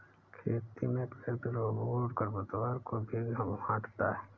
खेती में प्रयुक्त रोबोट खरपतवार को भी हँटाता है